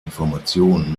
informationen